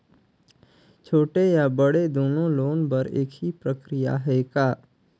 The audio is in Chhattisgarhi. छोटे या बड़े दुनो लोन बर एक ही प्रक्रिया है का?